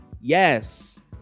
Yes